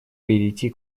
перейти